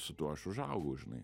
su tuo aš užaugau žinai